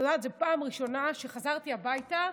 את יודעת, זו פעם ראשונה שחזרתי הביתה,